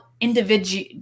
individual